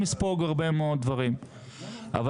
חברת הכנסת גוטליב אל תעזרי לי, באמת אני מבקש.